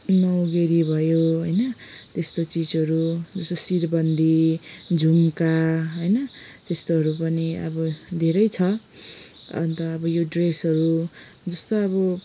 नौगेडी भयो होइन त्यस्तो चिजहरू जस्तो शिरबन्दी झुम्का होइन त्यस्तोहरू पनि अब धेरै छ अन्त अब यो ड्रेसहरू जस्तो अब